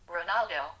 Ronaldo